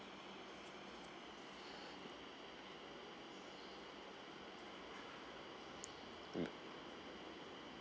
mm